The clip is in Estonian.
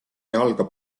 jalga